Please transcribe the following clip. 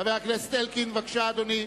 חבר הכנסת אלקין, בבקשה, אדוני.